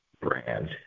brand